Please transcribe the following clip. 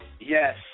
yes